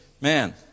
man